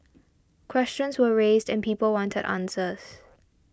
questions were raised and people wanted answers